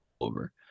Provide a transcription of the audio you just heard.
over